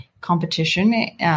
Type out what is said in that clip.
competition